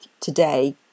today